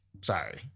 Sorry